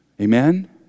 Amen